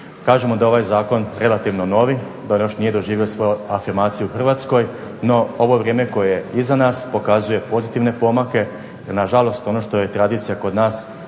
Kažemo da je ovaj zakon relativno novi, da on još nije doživio svoju afirmaciju u Hrvatskoj, no ovo vrijeme koje je iza nas pokazuje pozitivne pomake, jer na žalost ono što je tradicija kod nas,